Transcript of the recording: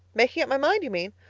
making up my mind, you mean?